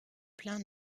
plein